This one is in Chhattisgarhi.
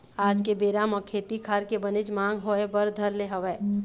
आज के बेरा म खेती खार के बनेच मांग होय बर धर ले हवय